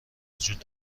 وجود